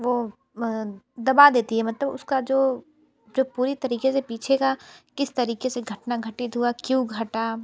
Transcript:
वो दबा देती है मतलब उसका जो जो पूरी तरीक़े से पीछे का किस तरीक़े से घटना घटित हुआ क्यों घटा